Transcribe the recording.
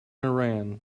iran